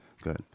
good